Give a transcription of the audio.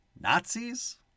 Nazis